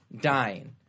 dying